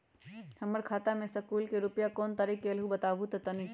हमर खाता में सकलू से रूपया कोन तारीक के अलऊह बताहु त तनिक?